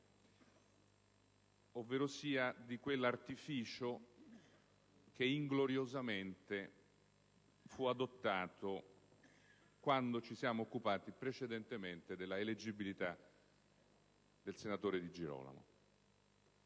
ovverosia di quell'artificio che ingloriosamente fu adottato quando ci siamo occupati precedentemente dell'eleggibilità del senatore Di Girolamo.